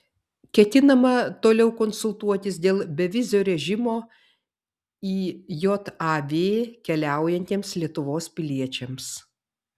ketinama toliau konsultuotis dėl bevizio režimo į jav keliaujantiems lietuvos piliečiams